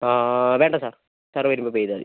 ആ വേണ്ട sir sir വരുമ്പോൾ പേ ചെയ്താൽ മതി